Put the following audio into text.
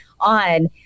on